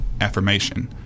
affirmation